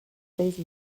these